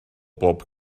bob